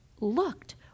looked